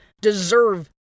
deserve